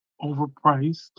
overpriced